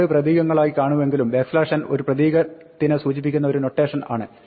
രണ്ട് പ്രതീകങ്ങളായി കാണുമെങ്കിലും n ഒരു പ്രതീകത്തിനെ സൂചിപ്പിക്കുന്ന ഒരു നൊട്ടേഷൻ ആണ്